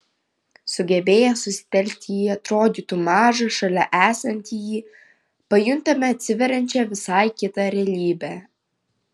sugebėję susitelkti į atrodytų mažą šalia esantįjį pajuntame atsiveriančią visai kitą realybę